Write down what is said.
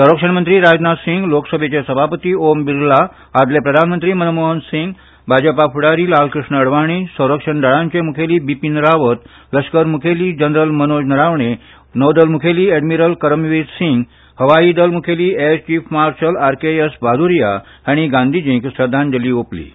संरक्षण मंत्री राजनाथ सिंग लोकसभेचे सभापती ओम बिर्ला आदले प्रधानमंत्री मनमोहन सिंग भाजपा फुडारी लालकृष्ण अडवाणी संरक्षण दळांचे मुखेली बिपीन रावत लश्कर मुखेली जनरल मनोज नरावणे नौदल मुखेली अॅडमिरल करमचवीर सिंग हवाई दल मुखेली आरकेएस भादुरीया हांणी गांधीर्जीक आर्गां ओंपलीं